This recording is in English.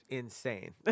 insane